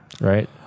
right